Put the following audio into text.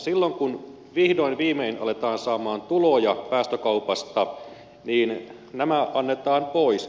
silloin kun vihdoin viimein aletaan saada tuloja päästökaupasta nämä annetaan pois